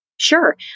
Sure